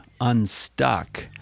Unstuck